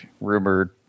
rumored